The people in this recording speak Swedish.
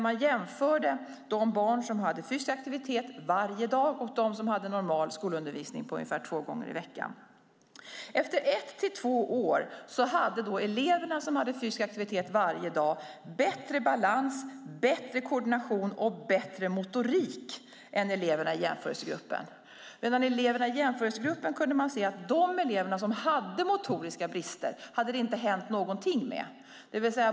Man jämförde de barn som hade fysisk aktivitet varje dag och de som hade normal skolundervisning ungefär två gånger i veckan. Efter ett till två år hade de elever som hade fysisk aktivitet varje dag bättre balans, bättre koordination och bättre motorik än eleverna i jämförelsegruppen. När det gällde eleverna i jämförelsegruppen kunde man se att det inte hänt någonting med de elever som hade motoriska brister.